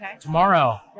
tomorrow